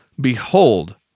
Behold